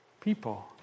people